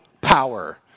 power